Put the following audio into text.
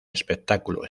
espectáculo